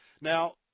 Now